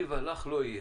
לי ולך לא יהיה,